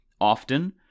Often